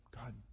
God